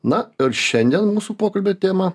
na ir šiandien mūsų pokalbio temą